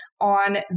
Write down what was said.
on